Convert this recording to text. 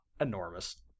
enormous